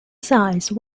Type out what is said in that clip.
size